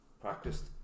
practiced